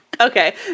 okay